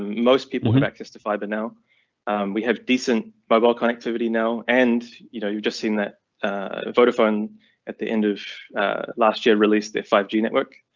most people have access to fiber. now we have decent mobile connectivity now, and you know you've just seen that vodafone at the end of last year released their five g network,